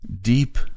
deep